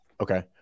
Okay